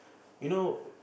you know